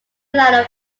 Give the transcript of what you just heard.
ladder